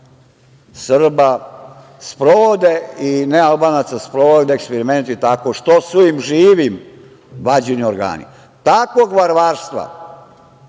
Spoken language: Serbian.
Srba i nealbanaca sprovode eksperimenti tako što su im živim vađeni organi. Takvog varvarstva